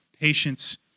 patience